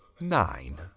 nine